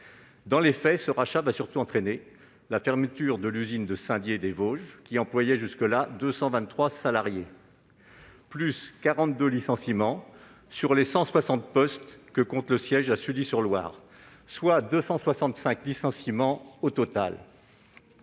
Dans les faits, ce rachat entraînera la fermeture de l'usine de Saint-Dié-des-Vosges, qui emploie 223 salariés, ainsi que 42 licenciements sur les 160 postes que compte le siège à Sully-sur-Loire, soit 265 licenciements au total.